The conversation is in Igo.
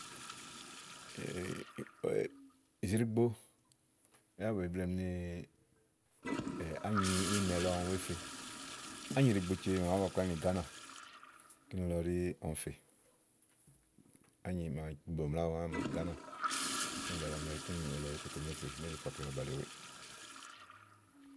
ìzrigbo, yá bèe bleèmì ni ányi íìnnɛ lɔ ɔmi wè fe ányi ɖìigbo cee màa ba kpalí ni gàánà kìni lɔ ɛɖí ɔmi fè ányi màa komlàówo ámi Gàánà íì ɖe ze ɔmi kínì lɔ kòtè ɔmi wè te ínè ze tèe ɔkle baba le wèe.